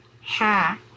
ha